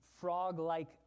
frog-like